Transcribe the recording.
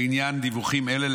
לעניין דיווחים אלה,